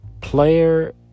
player